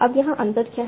अब यहाँ अंतर क्या है